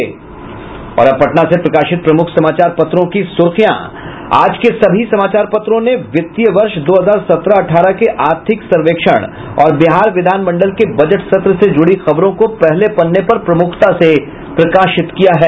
अब पटना से प्रकाशित प्रमुख समाचार पत्रों की सुर्खियां आज के सभी समाचार पत्रों ने वित्तीय वर्ष दो हजार सत्रह अठारह के आर्थिक सर्वेक्षण और बिहार विधानमंडल के बजट सत्र से जुड़ी खबरों को पहले पन्ने पर प्रमुखता से प्रकाशित किया है